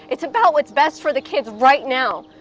it's about what's best for the kids right now.